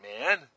man